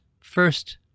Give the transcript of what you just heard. first